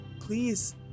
Please